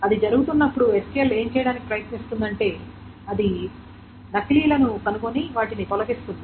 అది జరుగుతున్నప్పుడు SQL ఏమి చేయడానికి ప్రయత్నిస్తుందంటే అది నకిలీలను కనుగొని వాటిని తొలగిస్తుంది